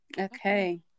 okay